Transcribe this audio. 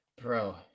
Bro